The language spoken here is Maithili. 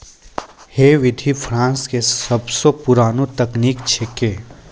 है विधि फ्रांस के सबसो पुरानो तकनीक छेकै